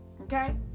Okay